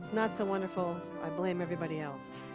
not so wonderful, i blame everybody else.